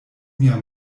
mia